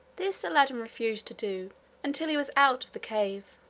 this aladdin refused to do until he was out of the cave.